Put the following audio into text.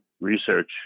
research